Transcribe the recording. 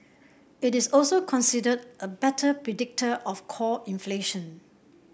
it is also considered a better predictor of core inflation